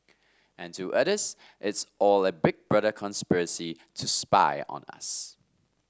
and to others it's all a big brother conspiracy to spy on us